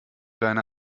deine